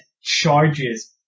charges